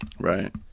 right